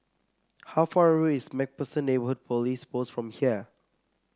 how far away is MacPherson Police Post from here